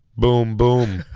boom boom.